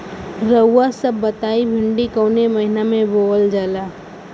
रउआ सभ बताई भिंडी कवने महीना में बोवल जाला?